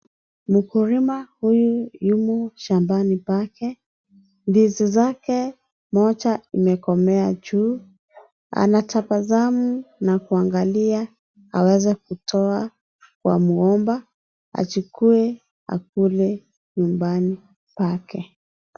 Mkulima huyu yumo shambani pake. Ndizi zake moja imekomea juu. Anatabasamu na kuangalia aweze kutoa kwa mgomba, achukue akule nyumbani pake.